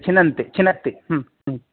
छिन्दन्ति छिनत्ति